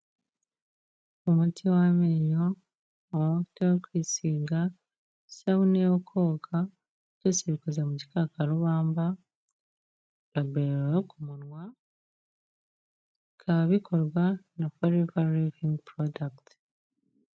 Umuti w'amenyo, amavuta yo kwisiga, isabune yo koga, byose bikoze mu gikakarubamba, rabero yo ku munwa, bikaba bikorwa na forever living product.